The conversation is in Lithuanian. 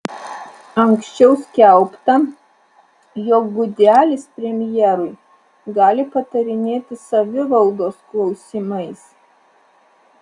anksčiau skelbta jog gudelis premjerui gali patarinėti savivaldos klausimais